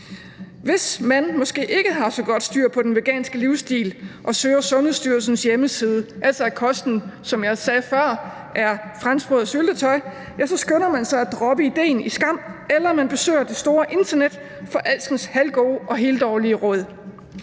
Hvis man måske ikke har haft så godt styr på den veganske livsstil og søger Sundhedsstyrelsens hjemmeside, altså at kosten, som jeg sagde før, er franskbrød og syltetøj, så skynder man sig at droppe idéen i skam, eller man besøger det store internet for alskens halvgode og heldårlige råd.